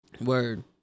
Word